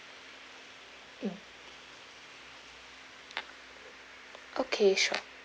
mm okay sure